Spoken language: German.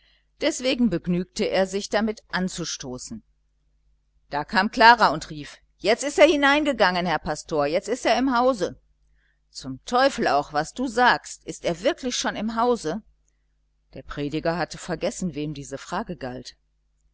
deswegen begnügte er sich mit ihm anzustoßen da kam klara und rief jetzt ist er hineingegangen herr pastor jetzt ist er im hause zum teufel auch was du sagst ist er wirklich schon im hause der prediger hatte vergessen wem diese frage galt